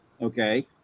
okay